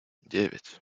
девять